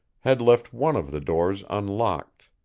had left one of the doors unlocked.